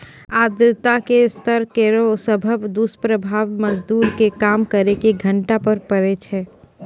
आर्द्रता के स्तर केरो सबसॅ दुस्प्रभाव मजदूर के काम करे के घंटा पर पड़ै छै